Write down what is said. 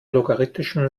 logarithmischen